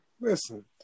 listen